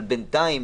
אבל בינתיים,